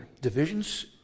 divisions